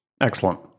Excellent